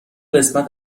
قسمت